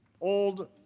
old